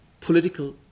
political